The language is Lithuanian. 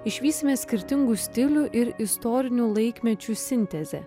išvysime skirtingų stilių ir istorinių laikmečių sintezę